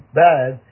bad